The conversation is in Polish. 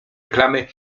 reklamy